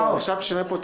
ואומר: